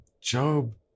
job